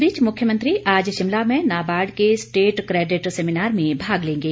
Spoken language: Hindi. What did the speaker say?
इस बीच मुख्यमंत्री आज शिमला में नाबार्ड के स्टेट क्रेडिट सेमिनार में भाग लेंगे